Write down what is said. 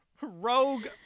Rogue